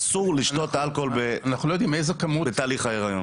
אסור לשתות אלכוהול בתהליך ההיריון.